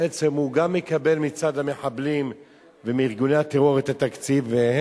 בעצם הוא גם מקבל מצד המחבלים ומארגוני הטרור את התקציב,